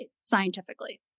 scientifically